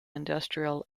industrial